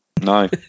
no